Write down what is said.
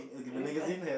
with what